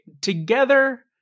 Together